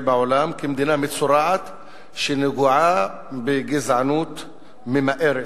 בעולם כמדינה מצורעת שנגועה בגזענות ממארת.